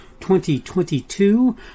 2022